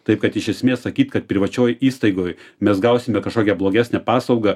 taip kad iš esmės sakyt kad privačioj įstaigoj mes gausime kažkokią blogesnę paslaugą